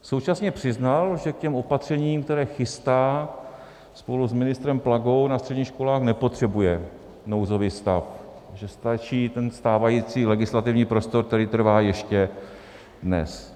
Současně přiznal, že k těm opatřením, která chystá spolu s ministrem Plagou na středních školách, nepotřebuje nouzový stav, že stačí ten stávající legislativní prostor, který trvá ještě dnes.